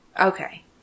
Okay